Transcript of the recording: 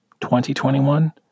2021